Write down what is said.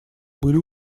были